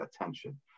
attention